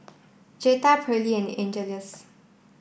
Jetta Perley and Angeles